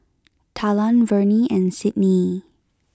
Talan Vernie and Sydnee